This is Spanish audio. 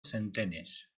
centenes